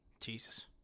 Jesus